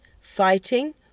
fighting